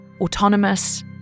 autonomous